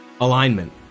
alignment